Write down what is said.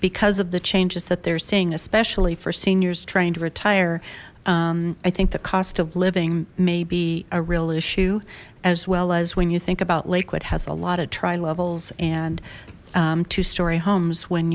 because of the changes that they're seeing especially for seniors trying to retire i think the cost of living may be a real issue as well as when you think about liquid has a lot at tri levels and two story homes when